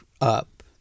up